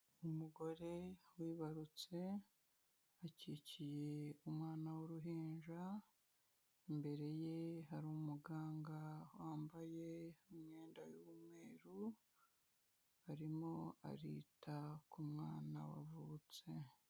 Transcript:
Umugore wibarutse akikiye umwana w'uruhinja, imbere ye hari umuganga wambaye imyenda y'umweru, arimo arita ku mwana wavutse.